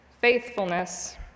faithfulness